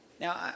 Now